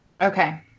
Okay